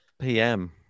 PM